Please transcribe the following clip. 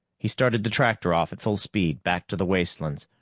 he started the tractor off at full speed, back to the wastelands,